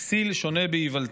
הכסיל שונה באיוולתו.